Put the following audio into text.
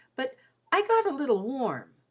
but i got a little warm.